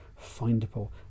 findable